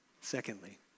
Secondly